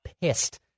pissed